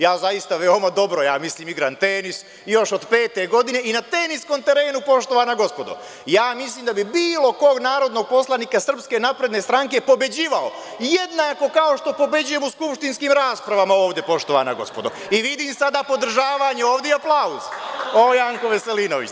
Ja zaista veoma dobro, mislim, igram tenis, još od pete godine i na teniskom terenu poštovana gospodo ja mislim da bi bilo kog narodnog poslanika SNS pobeđivao jednako kao što pobeđujem u skupštinskim raspravama ovde poštovana gospodo i vidim sada podržavanje ovde i aplauz.